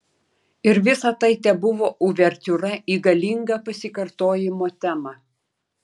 ir visa tai tebuvo uvertiūra į galingą pasikartojimo temą